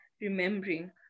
remembering